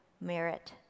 merit